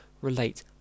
relate